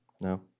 No